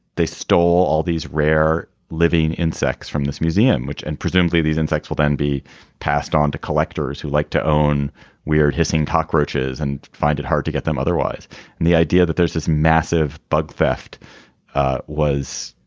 they stole all these rare living insects from this museum which and presumably these insects will then be passed on to collectors who like to own weird hissing cockroaches and find it hard to get them otherwise and the idea that there's this massive bug theft was